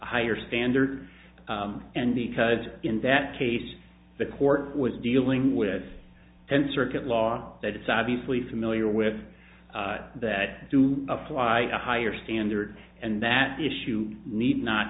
higher standard and because in that case the court was dealing with tenth circuit law that it's obviously familiar with that to apply a higher standard and that issue need not